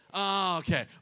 Okay